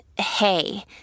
hey